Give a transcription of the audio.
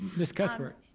miss cuthbert.